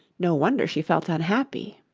no wonder she felt unhappy.